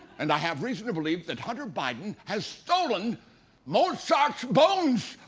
and i have reason to believe that hunter biden has stolen mozart's bones!